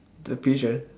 the pigeon